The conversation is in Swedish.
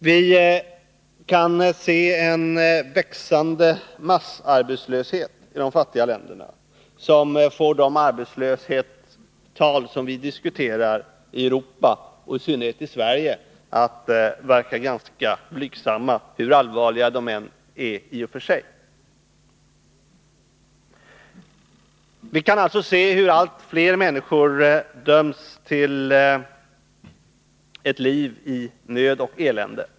Vi kan se en växande massarbetslöshet i de fattiga länderna, som får de arbetslöshetstal som vi diskuterar i Europa, och i synnerhet i Sverige, att verka ganska blygsamma, hur allvarliga de än är. Vi kan alltså se hur allt fler människor döms till ett liv i nöd och elände.